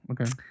Okay